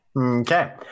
Okay